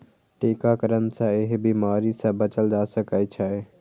टीकाकरण सं एहि बीमारी सं बचल जा सकै छै